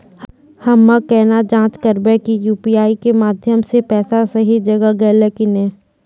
हम्मय केना जाँच करबै की यु.पी.आई के माध्यम से पैसा सही जगह गेलै की नैय?